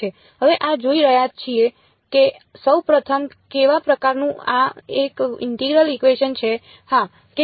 હવે આ જોઈ રહ્યા છીએ કે સૌ પ્રથમ કેવા પ્રકારનું આ એક ઇન્ટિગરલ ઇકવેશન છે હા કે ના